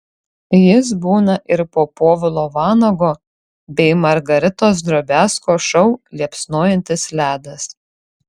jis būna ir po povilo vanago bei margaritos drobiazko šou liepsnojantis ledas